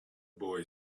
boy